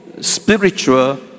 spiritual